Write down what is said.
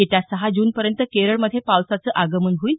येत्या सहा जूनपर्यंत केरळमध्ये पावसाचं आगमन होईल